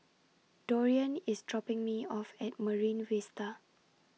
Dorian IS dropping Me off At Marine Vista